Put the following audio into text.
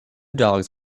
dogs